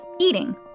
eating